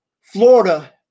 Florida